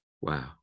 Wow